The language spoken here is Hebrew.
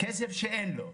כסף שאין לו.